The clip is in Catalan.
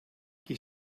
qui